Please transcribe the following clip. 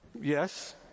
Yes